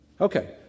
Okay